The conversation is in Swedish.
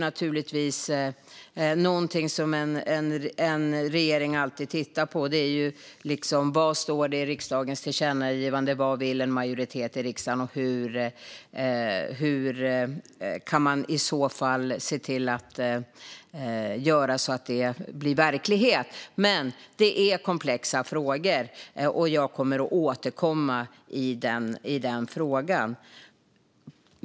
Något som en regering alltid tittar på är ju vad det står i riksdagens tillkännagivande, vad en majoritet i riksdagen vill och hur man i så fall kan se till att det blir verklighet. Men det är komplexa frågor, och jag kommer att återkomma i det ärendet.